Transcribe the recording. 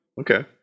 Okay